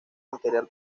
arterial